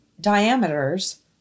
diameters